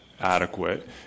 adequate